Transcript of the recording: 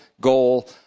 goal